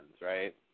right